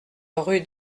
rue